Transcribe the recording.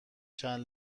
چند